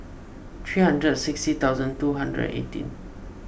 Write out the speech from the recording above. three hundred and sixty thousand two hundred and eighteen